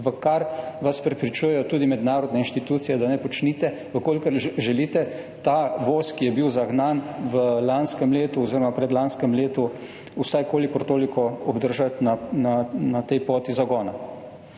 v kar vas prepričujejo tudi mednarodne inštitucije, da ne počnite, če želite ta voz, ki je bil zagnan v lanskem letu oziroma predlanskem letu, vsaj kolikor toliko obdržati na tej poti zagona.